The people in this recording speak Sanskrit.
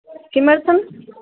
किमर्थम्